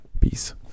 Peace